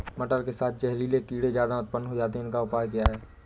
मटर के साथ जहरीले कीड़े ज्यादा उत्पन्न होते हैं इनका उपाय क्या है?